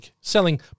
Selling